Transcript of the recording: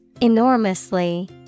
Enormously